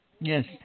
Yes